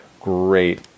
great